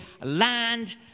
land